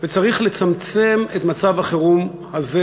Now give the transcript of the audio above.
וצריך לצמצם את מצב החירום הזה,